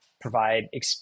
provide